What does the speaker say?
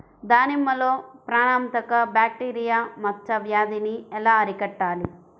దానిమ్మలో ప్రాణాంతక బ్యాక్టీరియా మచ్చ వ్యాధినీ ఎలా అరికట్టాలి?